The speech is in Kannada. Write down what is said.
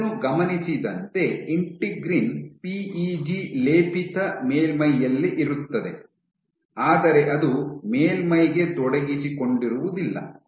ಇದನ್ನು ಗಮನಿಸಿದಂತೆ ಇಂಟಿಗ್ರಿನ್ ಪಿಇಜಿ ಲೇಪಿತ ಮೇಲ್ಮೈಯಲ್ಲಿ ಇರುತ್ತದೆ ಆದರೆ ಅದು ಮೇಲ್ಮೈಗೆ ತೊಡಗಿಸಿಕೊಂಡಿರುವುದಿಲ್ಲ